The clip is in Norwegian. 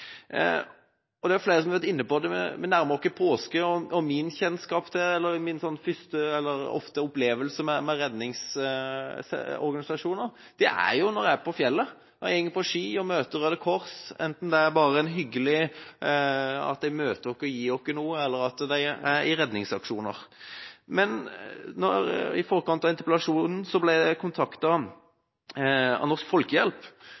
Det er flere som har vært inne på det: Vi nærmer oss påske. Min kjennskap til eller opplevelse med redningsorganisasjoner handler ofte om at jeg er på fjellet, går på ski og møter Røde Kors, enten det bare er hyggelig – de møter oss og gir oss noe – eller at de deltar i redningsaksjoner. I forkant av interpellasjonen ble jeg kontaktet av Norsk Folkehjelp.